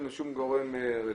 אין לו שום גורם רתיעה.